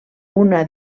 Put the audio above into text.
una